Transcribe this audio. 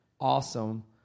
awesome